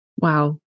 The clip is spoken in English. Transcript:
wow